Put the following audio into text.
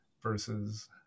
Versus